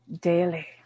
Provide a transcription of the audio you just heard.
daily